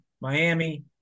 Miami